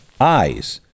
eyes